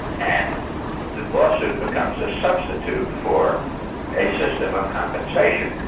and the lawsuit becomes a substitute for a system of compensation.